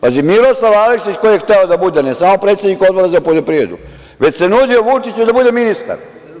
Pazi, Miroslav Aleksić, koji je hteo da bude ne samo predsednik Odbora za poljoprivredu, već se nudio Vučiću da bude ministar.